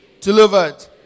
delivered